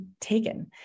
taken